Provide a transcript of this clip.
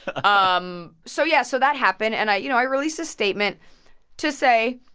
um so yeah. so that happened. and i you know, i released a statement to say,